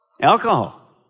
Alcohol